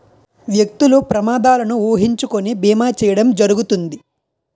వ్యక్తులు ప్రమాదాలను ఊహించుకొని బీమా చేయడం జరుగుతుంది